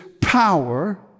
power